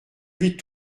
vis